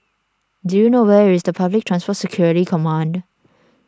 do you know where is the Public Transport Security Command